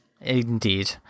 Indeed